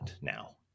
now